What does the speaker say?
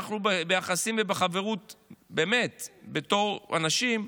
אנחנו באמת ביחסים ובחברות בתור אנשים.